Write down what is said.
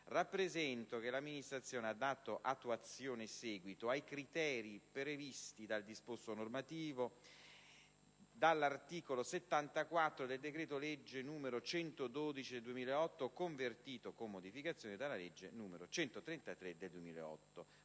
rappresento che l'Amministrazione ha dato attuazione e seguito ai criteri previsti dal disposto normativo previsto dall'articolo 74 del decreto-legge n. 112 del 2008, convertito, con modificazioni, dalla legge n. 133 del 2008,